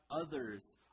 others